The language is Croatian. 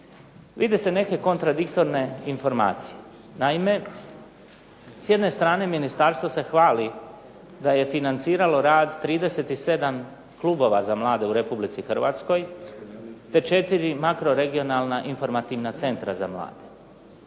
vide se neke kontradiktorne informacije. Naime, s jedne strane ministarstvo se hvali da je financiralo rad 37 klubova za mlade u Republici Hrvatskoj, te 4 makroregionalna informativna centra za mlade.